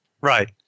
Right